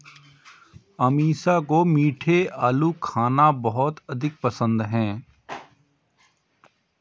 अमीषा को मीठे आलू खाना बहुत अधिक पसंद है